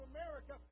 America